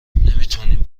نمیتونیم